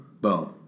Boom